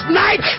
night